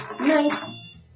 nice